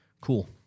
Cool